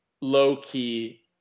low-key